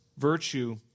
virtue